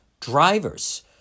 drivers